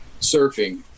surfing